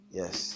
yes